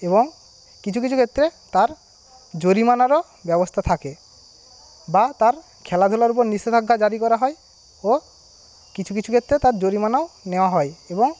এবং কিছু কিছু ক্ষেত্রে তার জরিমানারও ব্যবস্থা থাকে বা তার খেলাধুলার ওপর নিষেধাজ্ঞা জারি করা হয় ও কিছু কিছু ক্ষেত্রে তার জরিমানাও নেওয়া হয় এবং